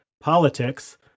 politics